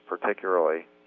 particularly